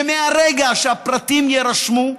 שמהרגע שהפרטים יירשמו,